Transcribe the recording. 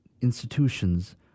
institutions